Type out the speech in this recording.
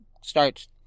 starts